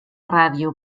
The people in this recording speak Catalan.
ràdio